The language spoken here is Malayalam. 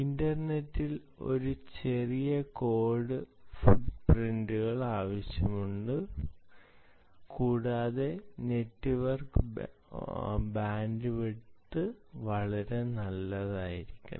ഇന്റർനെറ്റിൽ ഒരു ചെറിയ കോഡ് ഫുട്പ്രിന്റുകൾ ആവശ്യമാണ് കൂടാതെ നെറ്റ്വർക്ക് ബാൻഡ്വിഡ്ത്ത് വളരെ നല്ലതായിരിക്കണം